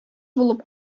булып